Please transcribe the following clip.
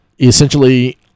Essentially